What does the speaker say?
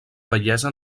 bellesa